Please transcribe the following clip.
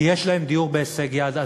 כי יש להם דיור בהישג יד.